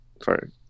Sorry